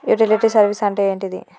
Utility service అంటే ఏంటిది?